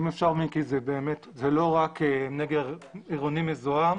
זה לא רק נגר עירוני מזוהם.